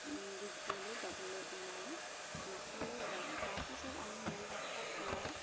ডিগবৈলৈ যাবলৈ ওলালোঁ ডিগবৈলৈ যাব তাৰপাছত আমি মেইন ৰাস্তাত ওলায়